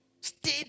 Stay